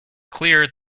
cleared